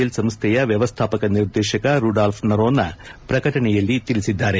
L ಸಂಸ್ದೆಯ ವ್ಯವಸ್ದಾಪಕ ನಿರ್ದೇಶಕ ರುಡಾಲ್ವ್ ನರೋನ್ಹಾ ಪ್ರಕಟಣೆಯಲ್ಲಿ ತಿಳಿಸಿದ್ದಾರೆ